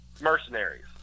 Mercenaries